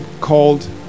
called